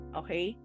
okay